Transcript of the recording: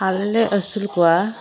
ᱟᱞᱮᱞᱮ ᱟᱹᱥᱩᱞ ᱠᱚᱣᱟ